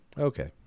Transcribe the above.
Okay